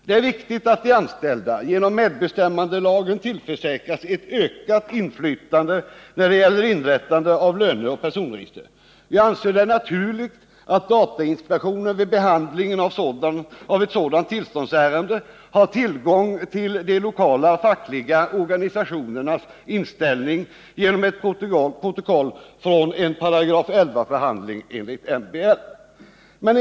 Det är viktigt att de anställda genom medbestämmandelagen tillförsäkras ett ökat inflytande när det gäller inrättande av löneoch personregister. Jag anser det naturligt att datainspektionen vid behandlingen av ett sådant tillståndsärende har tillgång till de lokala fackliga organisationernas inställning genom ett protokoll från en förhandling enligt 11 § MBL.